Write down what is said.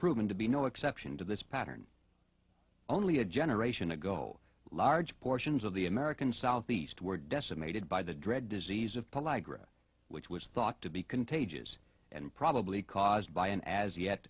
proven to be no exception to this pattern only a generation ago large portions of the american south east were decimated by the dread disease of which was thought to be contagious and probably caused by an as yet